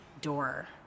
door